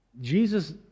Jesus